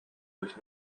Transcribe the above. durch